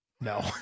No